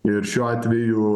ir šiuo atveju